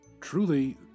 Truly